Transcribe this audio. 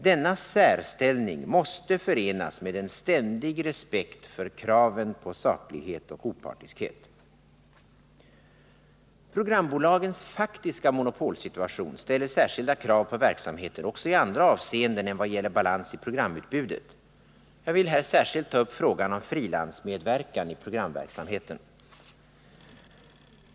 Denna särställning måste förenas med en ständig respekt för kraven på saklighet och opartiskhet. Programbolagens faktiska monopolsituation ställer särskilda krav på verksamheten, också i andra avseenden än vad gäller balans i programutbudet. Jag vill här särskilt ta upp frågan om frilansmedverkan i programverksamheten.